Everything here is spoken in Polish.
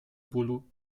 bólu